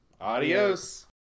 Adios